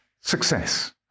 success